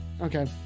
okay